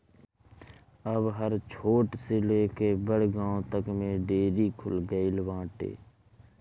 अब हर छोट से लेके बड़ गांव तक में डेयरी खुल गईल बाटे